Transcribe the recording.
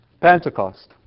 Pentecost